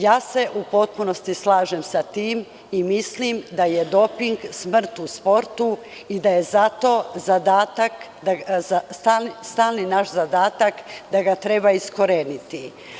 Ja se u potpuno slažem sa tim i mislim da je doping smrt u sportu i da je zato stalni naš zadatak da ga treba iskoreniti.